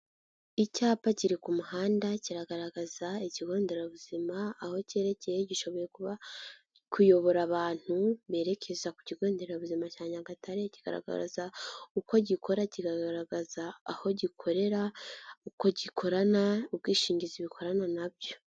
Icyapa kiri ku muhanda kiragaragaza ikigo nderabuzima, aho cyerekeye gishoboye kuyobora abantu berekeza ku Kigo nderabuzima cya Nyagatare, kigaragaza uko gikora, kikagaragaza aho gikorera, uko gikorana, ubwishingizi bukorana na byo.